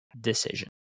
decision